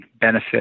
benefit